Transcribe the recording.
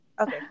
Okay